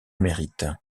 mérite